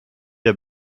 der